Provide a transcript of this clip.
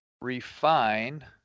refine